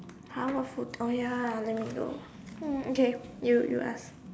!huh! what food oh ya let me do um okay you you ask